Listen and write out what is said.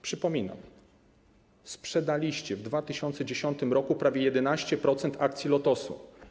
Przypominam: sprzedaliście w 2010 r. prawie 11% akcji Lotosu.